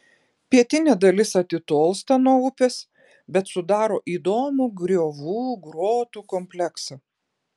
pietinė dalis atitolsta nuo upės bet sudaro įdomų griovų grotų kompleksą